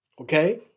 Okay